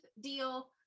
deal